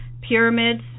pyramids